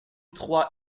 trois